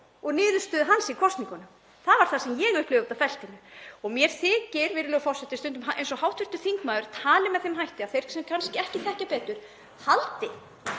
og niðurstöðu hans í kosningunum. Það var það sem ég upplifði úti á feltinu. Og mér þykir, virðulegur forseti, stundum eins og hv. þingmaður tali með þeim hætti að þeir sem kannski ekki þekki betur haldi